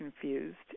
confused